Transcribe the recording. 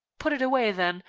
put it away, then.